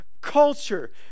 culture